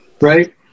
Right